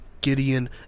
Gideon